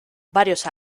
varios